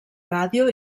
ràdio